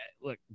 look